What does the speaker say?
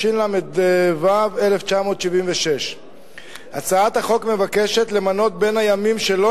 התשל"ו 1976. הצעת החוק מבקשת למנות בין הימים שלא